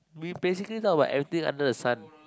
we basically talk about everything under the sun